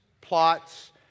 plots